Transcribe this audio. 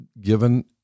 given